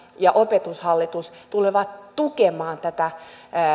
ja opetushallitus tulevat tukemaan tätä